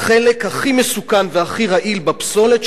לחלק הכי מסוכן והכי רעיל בפסולת,